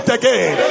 again